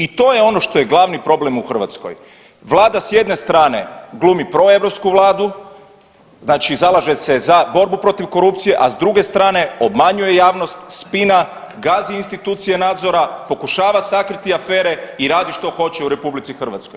I to je ono što je glavni problem u Hrvatskoj, Vlada s jedne strane glumi proeuropsku vladu znači zalaže se za borbu protiv korupcije, a s druge strane obmanjuje javnost, spina, gazi institucije nadzora, pokušava sakriti afere i radi što hoće u RH.